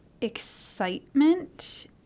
excitement